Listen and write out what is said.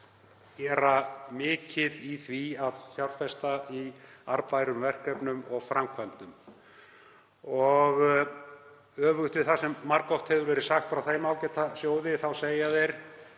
gera mikið af því að fjárfesta í arðbærum verkefnum og framkvæmdum. Öfugt við það sem margoft hefur verið sagt hjá þeim ágæta sjóði segja þeir: